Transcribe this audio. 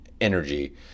energy